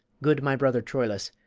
good my brother troilus,